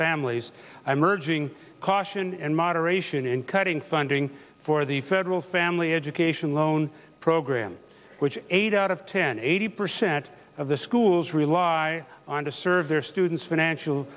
families i'm urging caution and moderation in cutting funding for the federal family education loan program which eight out of ten eighty percent of the schools rely on to serve their students financial